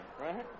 right